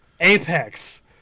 Apex